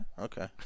Okay